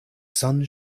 sun